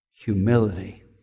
humility